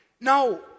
Now